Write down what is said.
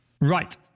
Right